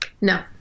no